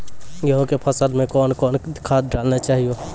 गेहूँ के फसल मे कौन कौन खाद डालने चाहिए?